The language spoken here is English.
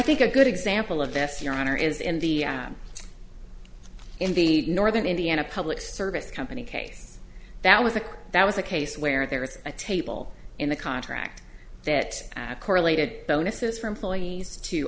think a good example of this your honor is in the in the northern indiana public service company case that was a that was a case where there was a table in the contract that correlated bonuses for employees to